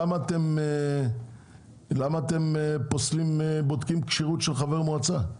למה אתם פוסלים בודקים כשירות של חבר מועצה?